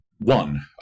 one